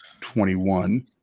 21